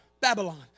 Babylon